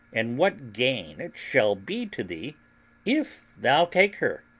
and what gain it shall be to thee if thou take her?